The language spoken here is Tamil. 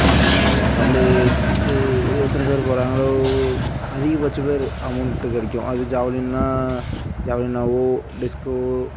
கபடிக்கு எத்தனை பேர் போகிறாங்களோ அதிகபட்சம் பேர் அமௌண்ட்டு கிடைக்கும் அது ஜாவ்லின்னா ஜாவ்லின்னாகவோ டிஸ்க்கோ